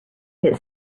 hit